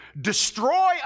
destroy